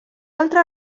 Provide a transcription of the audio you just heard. altra